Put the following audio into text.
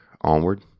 onward